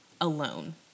alone